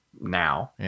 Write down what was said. now